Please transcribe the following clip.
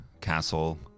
Castle